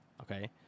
okay